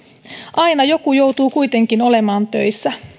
aina joku joutuu kuitenkin olemaan töissä